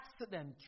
accident